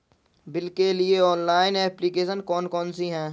Bill के लिए online application कौन कौन सी हैं?